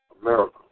America